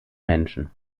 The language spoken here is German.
menschen